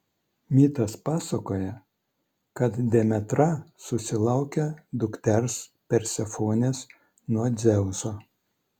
mitas pasakoja kad demetra susilaukia dukters persefonės nuo dzeuso